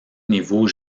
niveau